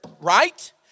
right